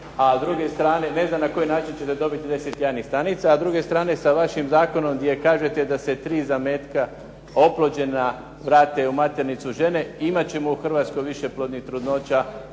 A s druge strane, ne znam na koji način ćete dobiti 10 jajnih stanica. A s druge strane sa vašim zakonom gdje kažete da se 3 zametka oplođena vrate u maternicu žene, imat ćemo u Hrvatskoj višeplodnih trudnoća